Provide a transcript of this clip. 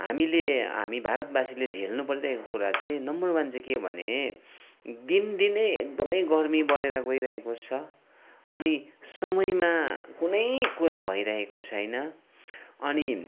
हामीले हामी भारतवासीले झेल्नु परिरहेको कुरा चाहिँ नम्बर वान चाहिँ के भने दिनदिनै एकदमै गर्मी बढेर गइरहेको छ अनि समयमा कुनै कुरा भइरहेको छैन अनि